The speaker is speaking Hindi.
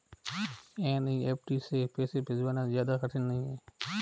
एन.ई.एफ.टी से पैसे भिजवाना ज्यादा कठिन नहीं है